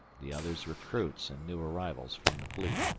the others recruits and new arrivals from the fleet.